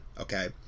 okay